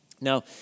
Now